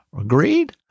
Agreed